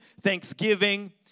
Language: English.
Thanksgiving